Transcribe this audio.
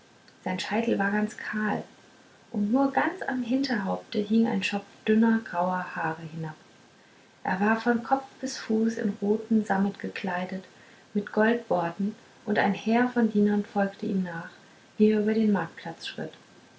sein scheitel war ganz kahl und nur ganz am hinterhaupte hing ein schopf dünner grauer haare hinab er war van kopf bis zu fuß in roten sammet gekleidet mit goldborten und ein heer von dienern folgte ihm nach wie er über den marktplatz schritt